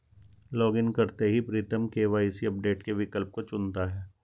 login करते ही Pritam KYC update के विकल्प को चुनता है